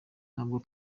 ntabwo